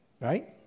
right